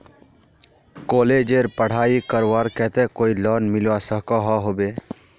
कॉलेजेर पढ़ाई करवार केते कोई लोन मिलवा सकोहो होबे?